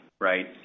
right